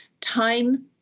time